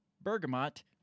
bergamot